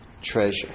treasure